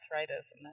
arthritis